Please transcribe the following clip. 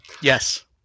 Yes